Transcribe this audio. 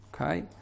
okay